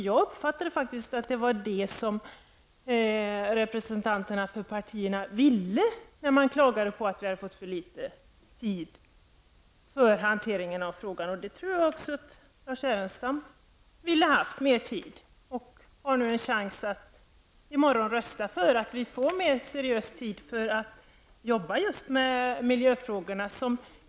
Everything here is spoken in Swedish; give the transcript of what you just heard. Jag uppfattade att det var detta som representanterna för de olika partierna ville ha då de klagade över för litet tid för hanteringen av frågorna. Jag tror också att Lars Ernestam hade velat ha mera tid. Han har i morgon chansen att rösta för mer tid för att arbeta just med miljöfrågorna.